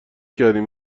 کردیم